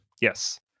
Yes